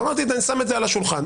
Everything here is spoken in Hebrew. אמרתי שאני שם את זה על השולחן.